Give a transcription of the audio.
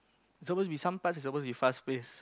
suppose to be some parts is suppose to be fast pace